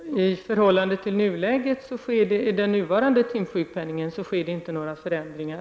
Herr talman! I förhållande till den nuvarande timsjukpenningen blir det inga förändringar.